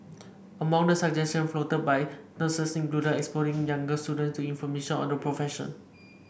among the suggestion floated by nurses included exposing younger students to information on the profession